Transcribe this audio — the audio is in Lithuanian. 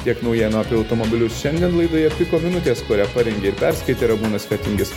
tiek naujienų apie automobilius šiandien laidoje piko minutės kurią parengė ir perskaitė ramūnas fetingis